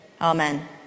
Amen